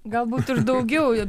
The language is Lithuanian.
galbūt ir daugiau jau